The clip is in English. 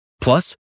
Plus